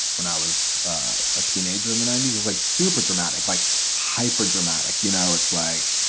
when i was a teenager in the ninety s was like super dramatic, like hyper dramatic. you know, it's like,